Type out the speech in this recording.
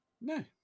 No